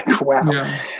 wow